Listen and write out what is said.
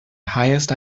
highest